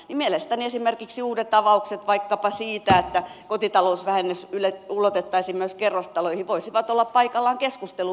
mielestäni uudet avaukset vaikkapa siitä että kotitalousvähennys ulotettaisiin myös kerrostaloihin voisivat olla paikalla keskustelu